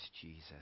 Jesus